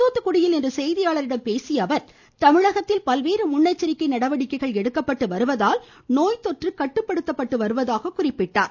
தூத்துக்குடியில் இன்று செய்தியாளர்களிடம் பேசிய அவர் தமிழகத்தில் பல்வேறு முன்னெச்சரிக்கை நடவடிக்கை எடுக்கப்பட்டு வருவதால் நோய் தொற்று கட்டுப்படுத்தப்பட்டு வருவதாக குறிப்பிட்டார்